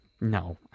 No